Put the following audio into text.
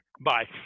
Bye